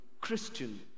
Christian